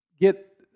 get